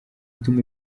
ituma